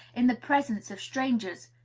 in the presence of strangers,